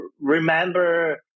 remember